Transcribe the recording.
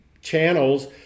channels